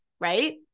right